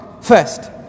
first